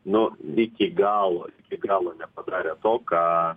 nu iki galo iki galo nepadarę to ką